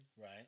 right